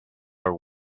are